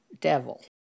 devil